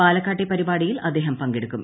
പാലക്കാട്ടെ പരിപാടിയിൽ ്അദ്ദേഹം പങ്കെടുക്കും